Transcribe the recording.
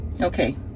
okay